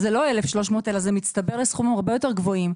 אז זה לא 1,300 שקלים אלא זה מצטבר לסכומים הרבה יותר גבוהים.